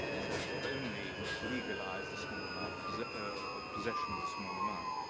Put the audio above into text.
so they've only legalized a small amount of possession ah possession of a small amount.